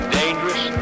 dangerous